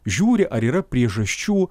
žiūri ar yra priežasčių